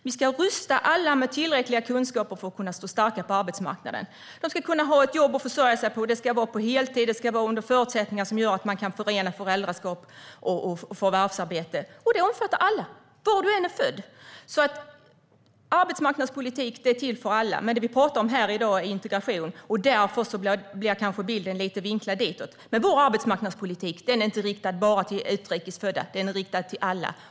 Vi ska rusta alla med tillräckliga kunskaper för att kunna stå starka på arbetsmarknaden. Man ska kunna ha ett jobb att försörja sig på. Det ska vara på heltid, och det ska vara under förutsättningar som gör att man kan förena föräldraskap och förvärvsarbete. Detta omfattar alla, var man än är född. Arbetsmarknadspolitiken är till för alla. Det vi pratar om här i dag är integration, och därför blir kanske bilden lite vinklad ditåt. Men vår arbetsmarknadspolitik är inte riktad bara till utrikes födda. Den är riktad till alla.